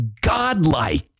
God-like